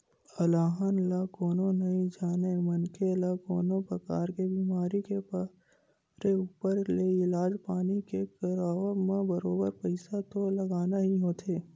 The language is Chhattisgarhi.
अलहन ल कोनो नइ जानय मनखे ल कोनो परकार ले बीमार के परे ऊपर ले इलाज पानी के करवाब म बरोबर पइसा तो लगना ही होथे